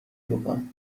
بکن